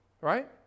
right